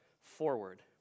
forward